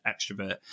extrovert